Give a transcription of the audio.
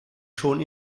schon